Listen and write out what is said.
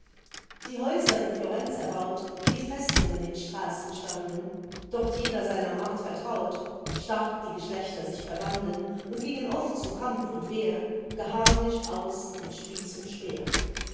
die häuser in florenz erbaut wie festungen in straßen standen dort jeder seiner macht vertraut stark die geschlechter sich verbanden und gingen oft zu kampf und wehr geharnischt aus mit spieß und speer